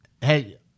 hey